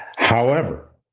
however,